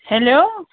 hello